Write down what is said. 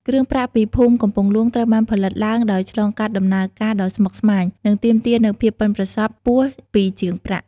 គ្រឿងប្រាក់ពីភូមិកំពង់ហ្លួង ត្រូវបានផលិតឡើងដោយឆ្លងកាត់ដំណើរការដ៏ស្មុគស្មាញ និងទាមទារនូវភាពប៉ិនប្រសប់ខ្ពស់ពីជាងប្រាក់។